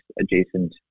adjacent